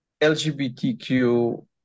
LGBTQ